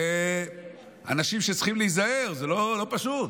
אלה אנשים שצריכים להיזהר, זה לא פשוט.